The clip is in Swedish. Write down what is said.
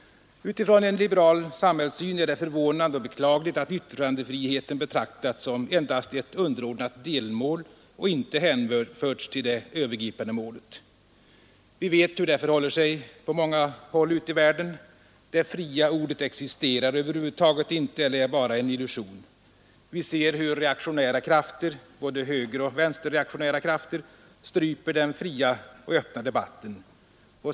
Utifrån en liberal samhällssyn är det förvånande och beklagligt att yttrandefriheten betraktas som endast ett underordnat delmål och inte hänförs till det övergripande målet. Vi vet hur det förhåller sig på många håll ute i världen: det fria ordet existerar över huvud taget inte eller är bara en illusion. Vi ser hur reaktionära krafter — både högeroch vänsterreaktionära krafter — stryper den fria och öppna debatten.